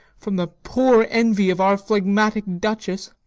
from the poor envy of our phlegmatic duchess.